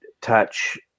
touch